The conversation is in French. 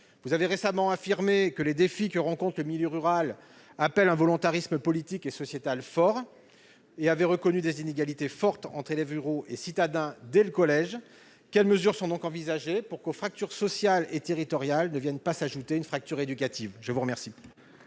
Vous avez récemment affirmé que les défis que rencontre le milieu rural appellent un volontarisme politique et sociétal fort et vous avez reconnu des inégalités fortes, dès le collège, entre élèves ruraux et citadins. Quelles mesures sont donc envisagées pour que, aux fractures sociales et territoriales, ne vienne pas s'ajouter une fracture éducative ? La parole